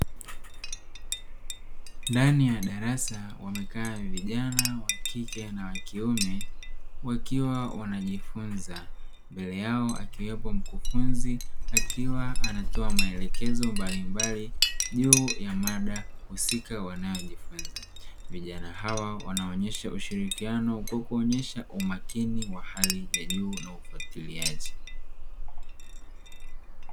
Ndani ya darasa wamekaa vijana wa kike na wa kiume wakiwa wanajifunza, mbele yao akiwepo mkufunzi akiwa anatoa maelekezo mbalimbali juu ya mada husika wanaojifunza, vijana hawa wanaonyesha ushirikiano kwa kuonyesha umakini wa hali ya juu na ufuatiliaji.